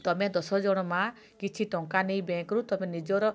ତୁମେ ଦଶ ଜଣ ମାଁ କିଛି ଟଙ୍କା ନେଇ ବ୍ୟାଙ୍କ ରୁ ତୁମେ ନିଜର